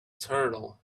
turtle